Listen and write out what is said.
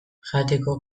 jateko